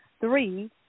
three